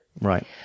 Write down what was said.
Right